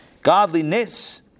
Godliness